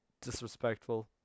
disrespectful